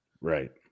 right